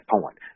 point